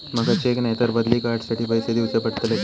माका चेक नाय तर बदली कार्ड साठी पैसे दीवचे पडतले काय?